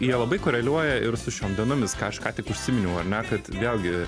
jie labai koreliuoja ir su šiom dienomis ką aš ką tik užsiminiau ar ne kad vėlgi